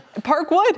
Parkwood